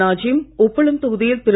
நாஜிம் உப்பளம் தொகுதியில் திரு